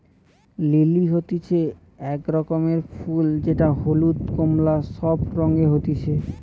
lily হতিছে এক রকমের ফুল যেটা হলুদ, কোমলা সব রঙে হতিছে